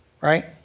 right